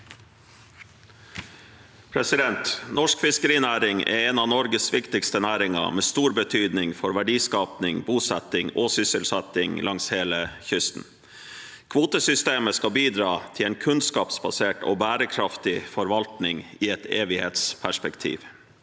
Norsk fiskerinæring er en av Norges viktigste næringer, med stor betydning for verdiskaping, bosetting og sysselsetting langs hele kysten. Kvotesystemet skal bidra til en kunnskapsbasert og bærekraftig forvaltning i et evighetsperspektiv.